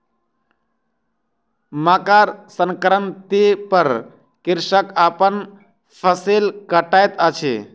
मकर संक्रांति पर कृषक अपन फसिल कटैत अछि